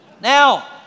Now